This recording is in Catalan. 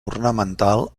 ornamental